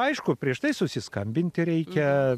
aišku prieš tai susiskambinti reikia